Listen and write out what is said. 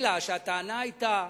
אלא שהטענה היתה: